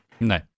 no